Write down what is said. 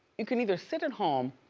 you can either sit at home.